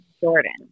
Jordan